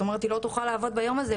זה אומר שהיא לא תוכל לעבוד ביום הזה,